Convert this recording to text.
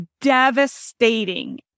devastating